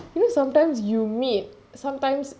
ya you know sometimes you meet sometimes